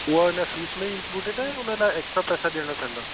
उहा इन फीस में ई इनक्लूडिड आहे या उन लाइ एक्स्ट्रा पैसा ॾियणा पवंदा